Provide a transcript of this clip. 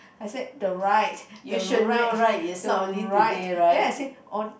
I said the right the right the right then I said on